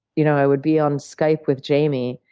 you know i would be on skype with jamy.